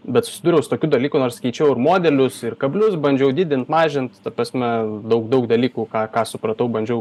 bet susidūriau su tokiu dalyku nors keičiau ir modelius ir kablius bandžiau didint mažint ta prasme daug daug dalykų ką ką supratau bandžiau